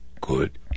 good